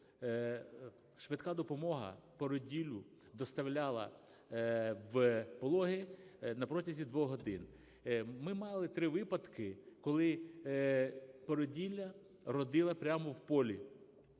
швидка допомога породіллю доставляла в Пологи на протязі 2 годин. Ми мали три випадки, коли породілля родила прямо в полі,